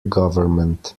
government